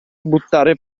buttare